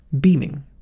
beaming